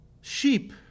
sheep